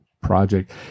project